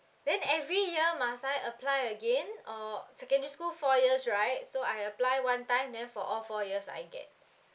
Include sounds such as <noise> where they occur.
<breath> then every year must I apply again uh secondary school four years right so I applied one time then for all four years I get